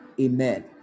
amen